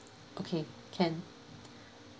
okay can